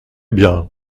bien